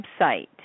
website